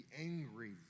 angry